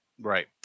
Right